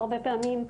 הרבה פעמים,